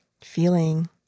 feeling